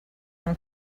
from